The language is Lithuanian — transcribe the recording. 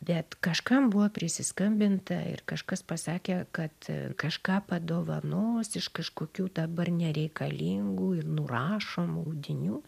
bet kažkam buvo prisiskambinta ir kažkas pasakė kad kažką padovanos iš kažkokių dabar nereikalingų ir nurašomų audinių